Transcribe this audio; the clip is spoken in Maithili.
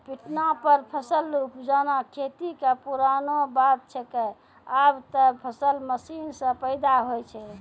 पिटना पर फसल उपजाना खेती कॅ पुरानो बात छैके, आबॅ त फसल मशीन सॅ पैदा होय छै